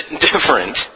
different